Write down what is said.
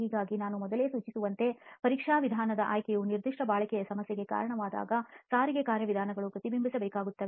ಹಾಗಾಗಿ ನಾನು ಮೊದಲೇ ಸೂಚಿಸಿದಂತೆ ಪರೀಕ್ಷಾ ವಿಧಾನದ ಆಯ್ಕೆಯು ನಿರ್ದಿಷ್ಟ ಬಾಳಿಕೆ ಸಮಸ್ಯೆಗೆ ಕಾರಣವಾಗುವ ಸಾರಿಗೆ ಕಾರ್ಯವಿಧಾನಗಳನ್ನು ಪ್ರತಿಬಿಂಬಿಸಬೇಕಾಗುತ್ತದೆ